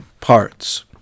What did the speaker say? parts